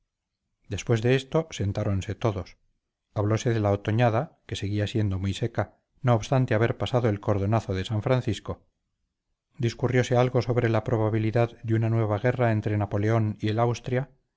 después de esto sentáronse todos hablóse de la otoñada que seguía siendo muy seca no obstante haber pasado el cordonazo de san francisco discurrióse algo sobre la probabilidad de una nueva guerra entre napoleón y el austria